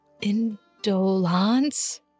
Indolence